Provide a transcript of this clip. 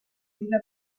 vida